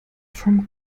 from